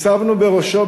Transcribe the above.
הצבנו בראשו,